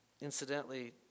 Incidentally